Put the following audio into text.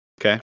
okay